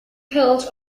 held